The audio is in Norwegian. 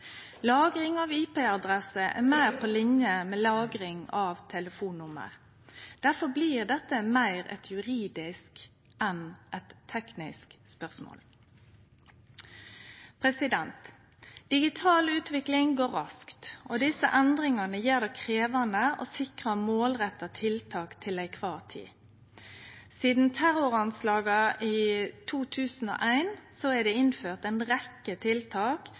lagring av metadata. Lagring av IP-adresser er meir på linje med lagring av telefonnummer. Difor blir dette meir eit juridisk enn eit teknisk spørsmål. Digital utvikling går raskt, og desse endringane gjer det krevjande å sikre målretta tiltak til kvar tid. Sidan terroranslaga i 2001 er det innført ei rekkje tiltak